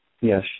Yes